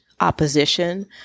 opposition